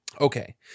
Okay